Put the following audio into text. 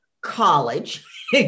college